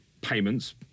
payments